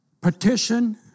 petition